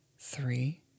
three